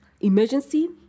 emergency